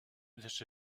this